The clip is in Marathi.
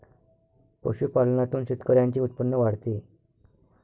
पशुपालनातून शेतकऱ्यांचे उत्पन्न वाढते